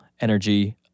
energy